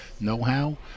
know-how